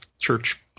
church